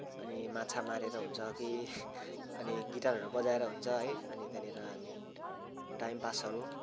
अनि माछा मारेर हुन्छ कि अनि गिटरहरू बजाएर हुन्छ है अनि त्यहाँनिर हामी टाइम पासहरू